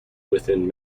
within